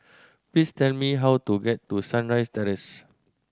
please tell me how to get to Sunrise Terrace